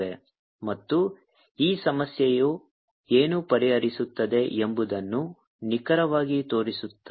ಮತ್ತು ಈ ಸಮಸ್ಯೆಯು ಏನು ಪರಿಹರಿಸುತ್ತದೆ ಎಂಬುದನ್ನು ನಿಖರವಾಗಿ ತೋರಿಸುತ್ತದೆ